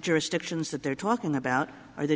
jurisdictions that they're talking about are the